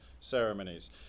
ceremonies